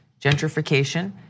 gentrification